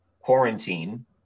quarantine